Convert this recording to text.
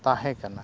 ᱛᱟᱦᱮᱸ ᱠᱟᱱᱟ